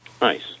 nice